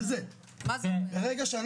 זאת אומרת יש מספר מקומות כאלה שהם בעייתיים,